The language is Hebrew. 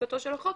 חקיקת החוק,